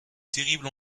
terrible